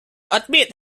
admit